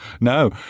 No